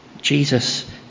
Jesus